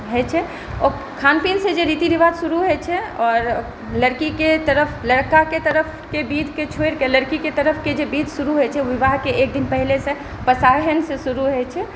होइ छै ओ खानपीनसँ जे रीति रिवाज शुरू होइ छै आओर लड़कीके तरफ लड़काके तरफके बिधके छोड़िकऽ लड़कीके तरफके जे बिध शुरू होइ छै ओ विवाहके एक दिन पहिलेसँ पसाहनिसँ शुरू होइ छै